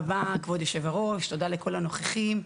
כבוד יושב-הראש, תודה לכל הנוכחים.